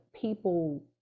people